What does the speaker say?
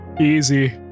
Easy